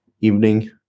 evening